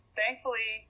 thankfully